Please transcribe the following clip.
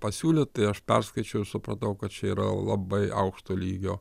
pasiūlė tai aš perskaičiau supratau kad čia yra labai aukšto lygio